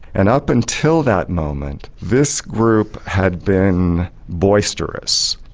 and up until that moment this group had been boisterous,